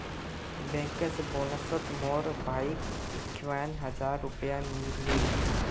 bankers बोनसोत मोर भाईक इक्यावन हज़ार रुपया मिलील